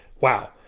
Wow